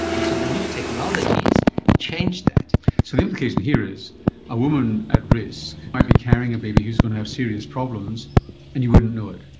and so the new technologies change that. so the implication here is a woman at risk might be carrying a baby who's going to have serious problems and you wouldn't know it.